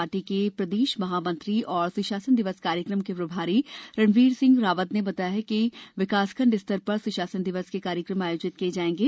party के प्रदेश महामंत्री और सुशासन दिवस कार्यक्रम के प्रभारी रणवीर सिंह रावत ने बताया कि विकासखंड स्तर पर सुशासन दिवस के कार्यक्रम आयोजित किए जाएंगे